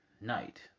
night